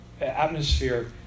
Atmosphere